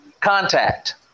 contact